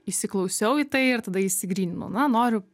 įsiklausiau į tai ir tada išsigryninau na noriu